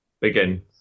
Begin